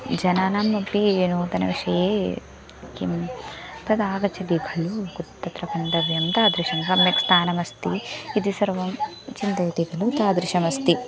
जनानाम् अपि नूतनविषये किं तद् आगच्छति खलु तत्र गन्तव्यं तादृशं सम्यक् स्थानमस्ति इति सर्वं चिन्तयति खलु तादृशमस्ति